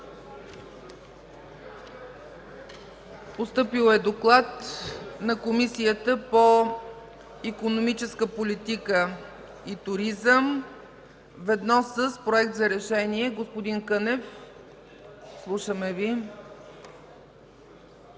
Постъпил е доклад на Комисията по икономическа политика и туризъм ведно с Проект за решение. Господин Кънев, слушаме Ви. ДОКЛАДЧИК